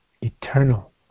eternal